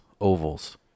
ovals